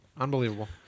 unbelievable